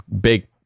big